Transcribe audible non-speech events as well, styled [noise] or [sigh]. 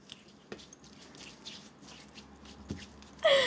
[laughs]